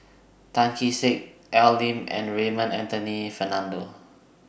Tan Kee Sek Al Lim and Raymond Anthony Fernando